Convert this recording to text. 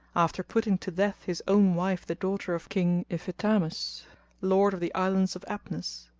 after putting to death his own wife the daughter of king ifitamus lord of the islands of abnus.